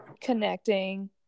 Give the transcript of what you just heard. connecting